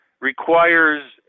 requires